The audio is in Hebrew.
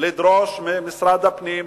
לדרוש ממשרד הפנים,